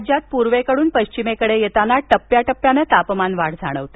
राज्यात पूर्वेकडून पश्चिमेकडे येताना टप्प्याटप्प्यानं तापमान वाढ जाणवते